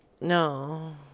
No